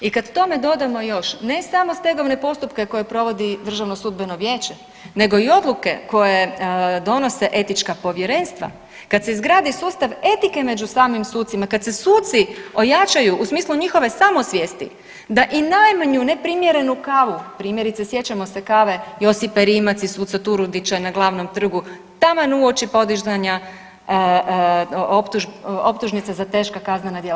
I kad tome dodamo još ne samo stegovne postupke koje provodi Državno sudbeno vijeće nego i odluke koje donose etička povjerenstva, kad se izgradi sustav etike među samim sucima, kad se suci ojačaju u smislu njihove samosvijesti da i najmanju neprimjerenu kavu, primjerice sjećamo se kave Josipe Rimac i suca Turudića na glavnom trgu taman uoči podizanja optužnice za teška kaznena djela.